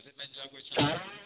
ସେଥିପାଇଁ ଯିବାକୁ ଇଚ୍ଛା ହେଉ ନାହିଁ